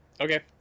Okay